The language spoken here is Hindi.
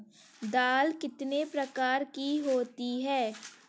दाल कितने प्रकार की होती है?